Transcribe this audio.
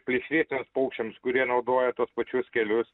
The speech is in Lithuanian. plėšriesiems paukščiams kurie naudoja tuos pačius kelius